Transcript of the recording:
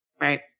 right